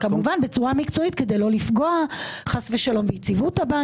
התכוונתי שאנחנו בוחנים האם מה שהיה ומה שקיים זה הדבר